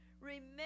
Remember